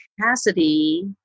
capacity